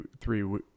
three